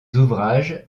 ouvrages